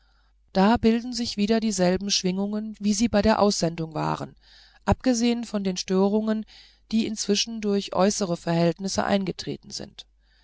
da bilden sich wieder dieselben schwingungen wie sie bei der aussendung waren abgesehen von den störungen die inzwischen durch äußere verhältnisse eingetreten sind